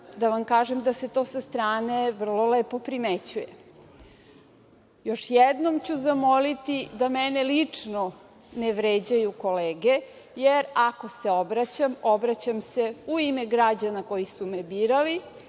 da vam kažem da se to sa strane vrlo lepo primećuje. Još jednom ću zamoliti da mene lično ne vređaju kolege, jer ako se obraćam, obraćam se u ime građana koji su me birali